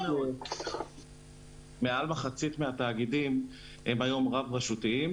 מעל מחצית מהתאגידים הם היום רב-רשותיים,